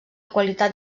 qualitat